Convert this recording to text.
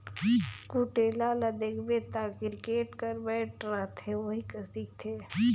कुटेला ल देखबे ता किरकेट कर बैट रहथे ओही कस दिखथे